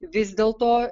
vis dėl to